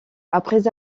après